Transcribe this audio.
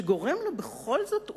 שגורם לו בכל זאת,